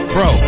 Bro